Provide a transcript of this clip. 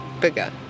bigger